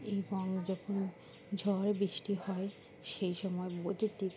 এবং যখন ঝড় বৃষ্টি হয় সেই সময় বৈদ্যুতিক